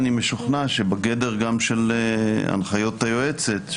אני משוכנע שבגדר גם של הנחיות היועצת,